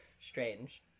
Strange